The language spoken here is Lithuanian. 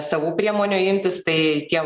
savų priemonių imtis tai tie